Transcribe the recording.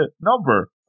number